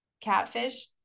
catfish